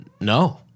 No